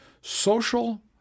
social